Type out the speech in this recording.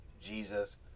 Jesus